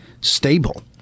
stable